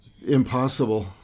impossible